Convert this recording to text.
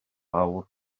lawr